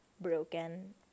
broken